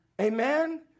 Amen